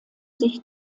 sich